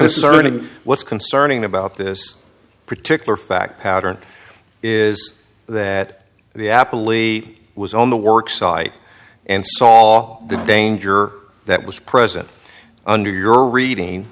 this is earning what's concerning about this particular fact pattern is that the apple e was on the work site and saw the danger that was present under your reading